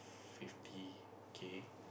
fifty K